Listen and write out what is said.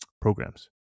programs